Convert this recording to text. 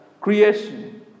creation